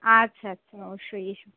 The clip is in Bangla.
আচ্ছা আচ্ছা অবশ্যই